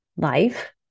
life